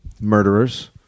murderers